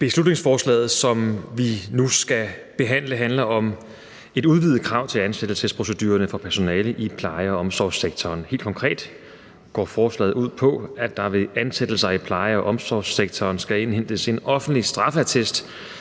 Beslutningsforslaget, som vi nu skal behandle, handler om et udvidet krav til ansættelsesprocedurerne for personale i pleje- og omsorgssektoren. Helt konkret går forslaget ud på, at der ved ansættelser i pleje- og omsorgssektoren skal indhentes en offentlig straffeattest